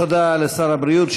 תודה לשר הבריאות.